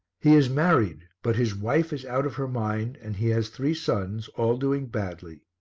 he is married, but his wife is out of her mind, and he has three sons, all doing badly,